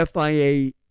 FIA